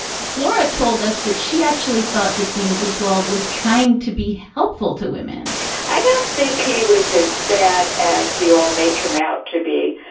flora told us that she actually thought that dean griswold was trying to be helpful to women i don't think he was as bad as we all make him out to be.